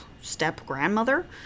step-grandmother